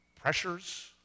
pressures